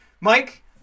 Mike